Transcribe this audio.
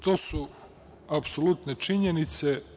To su apsolutne činjenice.